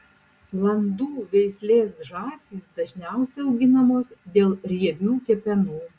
landų veislės žąsys dažniausiai auginamos dėl riebių kepenų